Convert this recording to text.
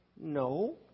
No